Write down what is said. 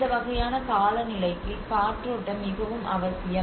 இந்த வகையான காலநிலைக்கு காற்றோட்டம் மிகவும் அவசியம்